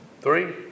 Three